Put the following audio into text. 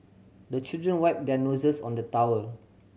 the children wipe their noses on the towel